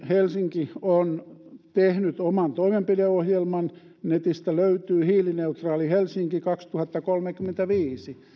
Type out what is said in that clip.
helsinki on tehnyt oman toimenpideohjelman netistä löytyy hiilineutraali helsinki kaksituhattakolmekymmentäviisi